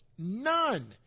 None